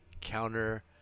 counter